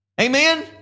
Amen